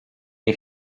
nie